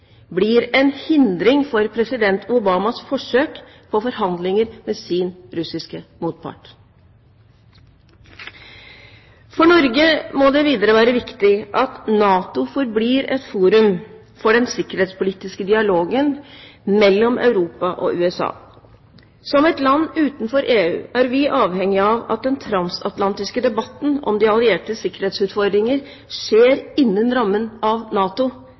blir en hindring for president Obamas forsøk på forhandlinger med sin russiske motpart. For Norge må det videre være viktig at NATO forblir et forum for den sikkerhetspolitiske dialogen mellom Europa og USA. Som et land utenfor EU er vi avhengige av at den transatlantiske debatten om de alliertes sikkerhetsutfordringer skjer innen rammen av NATO